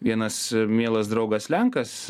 vienas mielas draugas lenkas